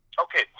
Okay